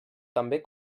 també